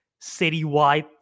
citywide